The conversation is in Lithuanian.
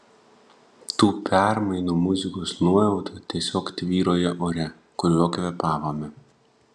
tų permainų muzikos nuojauta tiesiog tvyrojo ore kuriuo kvėpavome